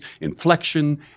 inflection